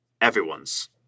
everyone's